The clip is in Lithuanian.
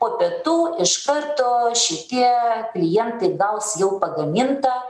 po pietų iš karto šitie klientai gaus jau pagamintą